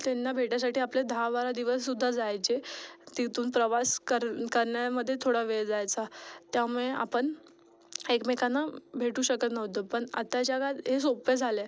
त्यांना भेटायसाठी आपले दहा बारा दिवस सुद्धा जायचे तिथून प्रवास कर करण्यामध्ये थोडा वेळ जायचा त्यामुळे आपण एकमेकांना भेटू शकत नव्हतो पण आता जगात हे सोप्पे झालं आहे